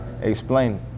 explain